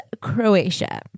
Croatia